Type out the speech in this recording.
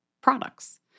products